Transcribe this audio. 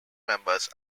members